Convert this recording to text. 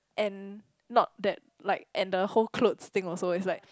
and not that like and the whole clothes thing also is like